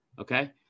okay